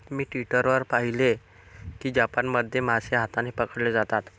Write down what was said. मी Twitter वर पाहिले की जपानमध्ये मासे हाताने पकडले जातात